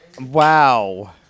Wow